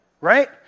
right